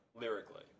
lyrically